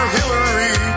Hillary